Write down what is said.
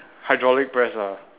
hydraulic press ah